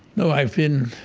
no. i've been